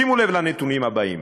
שימו לב לנתונים האלה,